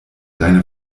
deine